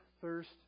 thirst